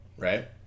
Right